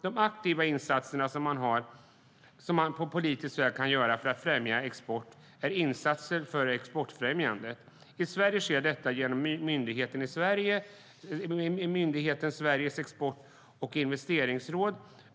De aktiva insatser som man på politisk väg kan göra är sådana som främjar exporten. I Sverige sker detta genom myndigheten Sveriges export och investeringsråd.